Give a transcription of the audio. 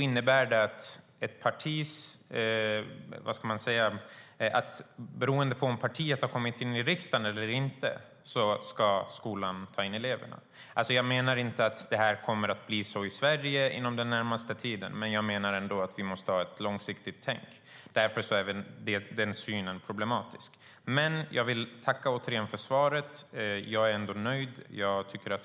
Det exempel utbildningsministern tog upp innebär att det är ett partis eventuella representation i parlamentet som ska vara avgörande för skolorna. Jag menar inte att det kommer att bli så i Sverige inom den närmaste tiden, men jag menar ändå att vi måste ha ett långsiktigt tänk. Därför är den synen problematisk. Jag vill återigen tacka för svaret. Jag är ändå nöjd.